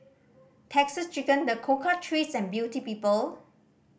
Texas Chicken The Cocoa Trees and Beauty People